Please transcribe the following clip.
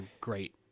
great